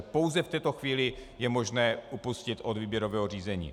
Pouze v této chvíli je možné upustit od výběrového řízení.